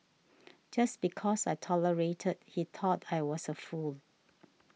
just because I tolerated he thought I was a fool